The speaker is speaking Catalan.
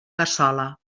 cassola